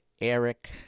Eric